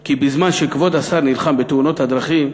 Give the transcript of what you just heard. כי בזמן שכבוד השר נלחם בתאונות הדרכים,